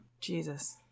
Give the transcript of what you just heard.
Jesus